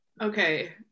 Okay